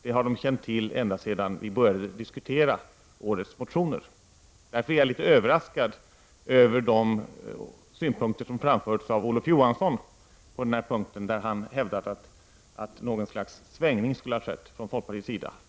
Det har de känt till ända sedan vi började diskutera årets motioner. Därför är jag litet överraskad över de synpunkter som har framförts av Olof Johansson på den här punkten, där han har hävdat att något slags svängning skulle ha skett från folkpartiets sida.